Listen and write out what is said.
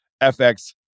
FX